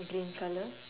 green colour